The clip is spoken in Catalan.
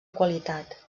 qualitat